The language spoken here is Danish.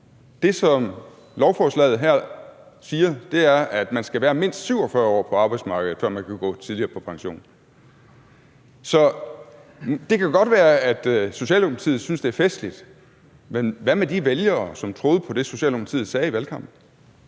Det, som lovforslaget her siger, er, at man skal være mindst 47 år på arbejdsmarkedet, før man kan gå tidligere på pension. Så det kan godt være, at Socialdemokratiet synes, det er festligt, men hvad med de vælgere, som troede på det, Socialdemokratiet sagde i valgkampen?